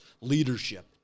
leadership